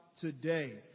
today